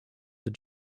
that